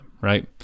right